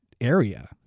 area